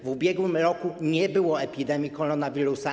W ubiegłym roku nie było epidemii koronawirusa.